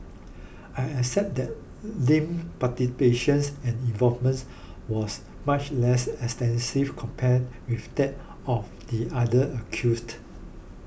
I accept that Lim participations and involvements was much less extensive compared with that of the other accused